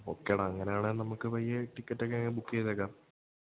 okay ഡാ അങ്ങനെയാണേൽ നമുക്ക് പയ്യെ ടിക്കറ്റൊക്കെയങ്ങ് ബുക്ക് ചെയ്തേക്കാം